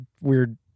weird